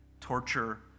torture